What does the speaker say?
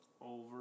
over